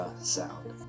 sound